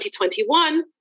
2021